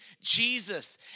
Jesus